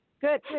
Good